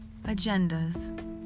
agendas